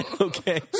Okay